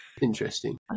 Interesting